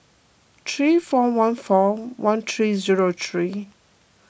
three four one four one three zero three